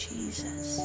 Jesus